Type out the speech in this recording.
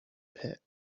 pit